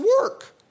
work